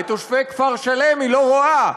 את תושבי כפר-שלם היא לא רואה.